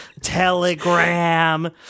Telegram